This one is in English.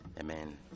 Amen